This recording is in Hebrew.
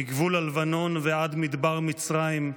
מגבול הלבנון ועד מדבר מצרים,